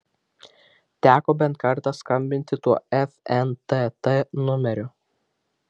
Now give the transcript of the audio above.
teko bent kartą skambinti tuo fntt numeriu